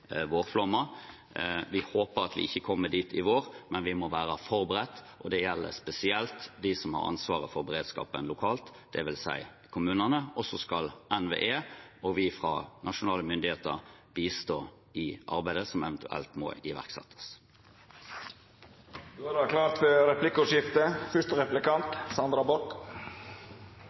Vi håper at vi ikke kommer dit i vår, men vi må være forberedt, og det gjelder spesielt dem som har ansvaret for beredskapen lokalt, det vil si kommunene. Og så skal NVE og vi fra nasjonale myndigheter bistå i arbeidet som eventuelt må